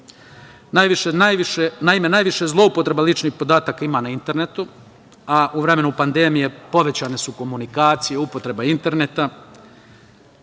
virusa. Najviše zloupotreba ličnih podataka ima na internetu, a u vremenu pandemije povećane su komunikacije, upotreba interneta,